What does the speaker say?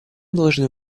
должны